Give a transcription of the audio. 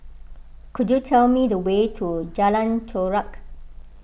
could you tell me the way to Jalan Chorak